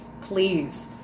Please